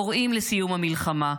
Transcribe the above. קוראים לסיום המלחמה,